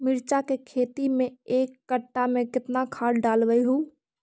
मिरचा के खेती मे एक कटा मे कितना खाद ढालबय हू?